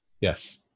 Yes